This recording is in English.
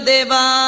Deva